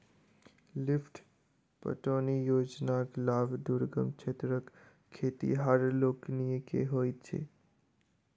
lift पटौनी योजनाक लाभ दुर्गम क्षेत्रक खेतिहर लोकनि के होइत छै